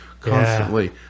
constantly